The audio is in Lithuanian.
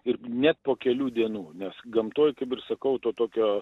ir net po kelių dienų nes gamtoj kaip ir sakau to tokio